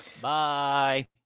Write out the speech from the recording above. Bye